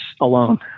alone